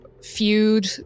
feud